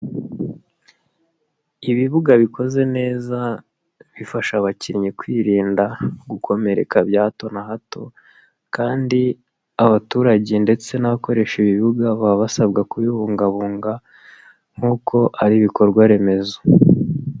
Ibibuga bikoze neza bifasha abakinnyi kwirinda gukomereka bya hato na hato kandi abaturage ndetse n'abakoresha ibibuga baba basabwa kubibungabunga nk'uko ari ibikorwa remezo.